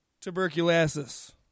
Tuberculosis